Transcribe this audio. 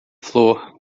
flor